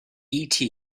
eta